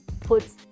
puts